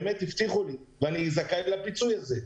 באמת הבטיחו לי ואני זכאי לפיצוי הזה.